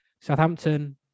Southampton